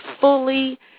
fully